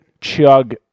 chug